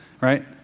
right